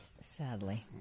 Sadly